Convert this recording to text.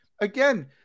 again